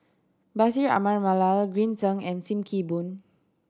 Bashir Ahmad Mallal Green Zeng and Sim Kee Boon